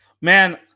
Man